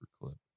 clip